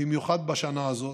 במיוחד בשנה הזאת,